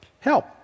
help